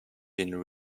been